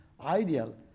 ideal